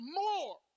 more